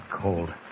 cold